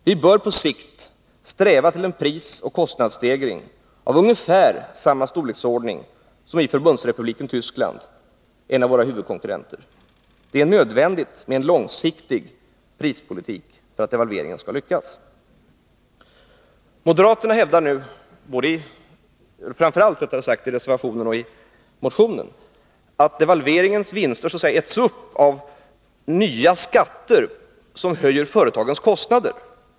Vi bör på sikt sträva till en prisoch kostnadsstegring av ungefär samma storleksordning som i Förbundsrepubliken Tyskland, en av våra huvudkonkurrenter. Det är nödvändigt med en långsiktig prispolitik för att devalveringen skall lyckas. Moderaterna hävdar nu, framför allt i reservationen och i motionen, att devalveringens vinster så att säga äts upp av nya skatter som höjer företagens nN kostnader.